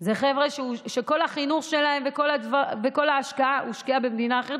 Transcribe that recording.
זה חבר'ה שכל החינוך שלהם וכל ההשקעה היו במדינה אחרת,